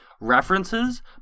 references